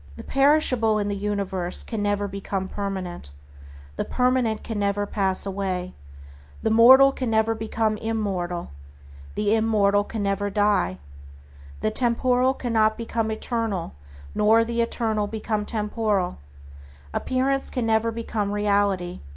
the perishable in the universe can never become permanent the permanent can never pass away the mortal can never become immortal the immortal can never die the temporal cannot become eternal nor the eternal become temporal appearance can never become reality,